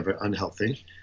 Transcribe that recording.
unhealthy